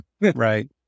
Right